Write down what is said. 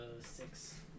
six